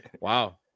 Wow